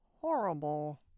horrible